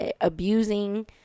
abusing